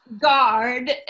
guard